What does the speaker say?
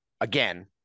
again